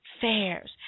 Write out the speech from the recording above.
fairs